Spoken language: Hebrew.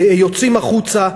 יוצאים החוצה.